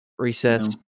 resets